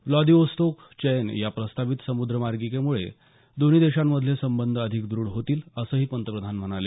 Vladivostok Chennai या प्रस्तावित समुद्रमार्गीकेमुळे दोन्ही देशांमधले संबंध अधिक द्रढ होतील असंही पंतप्रधान म्हणाले